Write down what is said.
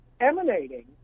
emanating